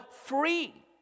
free